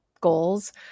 goals